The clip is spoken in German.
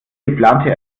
geplante